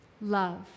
love